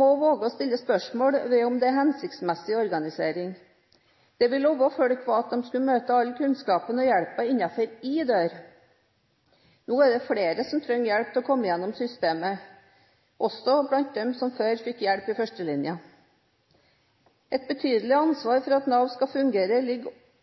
må våge å stille spørsmål om det er en hensiktsmessig organisering. Vi lovet at folk skulle møte all kunnskapen og hjelpen innenfor én dør. Nå er det flere som trenger hjelp til å komme igjennom systemet, også blant dem som før fikk hjelp i førstelinjen. Et betydelig ansvar for at Nav skal fungere, ligger